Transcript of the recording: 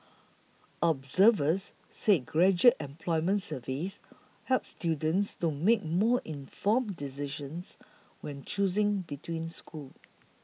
observers said graduate employment surveys help students to make more informed decisions when choosing between schools